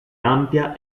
ampia